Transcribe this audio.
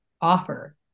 offer